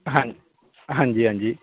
ਹਾਂਜੀ ਹਾਂਜੀ ਹਾਂਜੀ